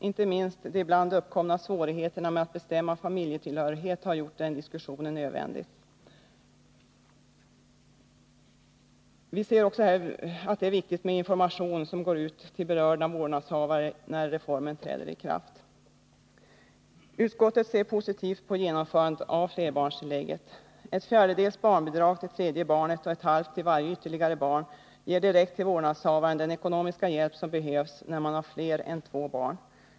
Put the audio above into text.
Inte minst de ibland uppkomna svårigheterna med att bestämma familjetillhörighet har gjort den diskussionen nödvändig. Vi ser att det är viktigt att informationen går ut till den berörda vårdnadshavaren när reformen träder i kraft. Utskottet ser positivt på genomförandet av flerbarnstillägget. Ett fjärdedels barnbidrag till tredje barnet och ett halvt bidrag till varje ytterligare barn ger direkt till vårdnadshavare den ekonomiska hjälp som behövs när man har fler än två barn.